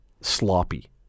sloppy